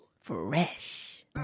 Fresh